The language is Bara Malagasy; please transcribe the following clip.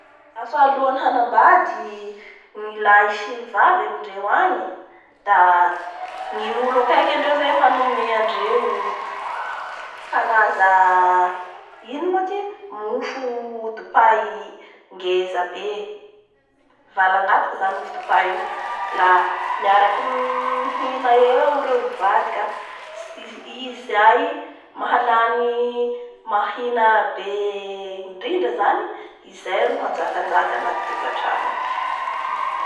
afa alohan'ny hanambady ny lahy sy ny vavay amindreo agny ny olo akeky andreo zay manome andreo kara ino moa tia? Mofodopay ngrza be valangatoky zany i mofo dopay io la miaraky mihina eo reo mivady ka izay mahalany mahina be indrindra zany izay ro hanjakanjaka anaty tokatrano ao.